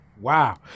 Wow